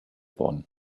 worden